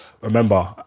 Remember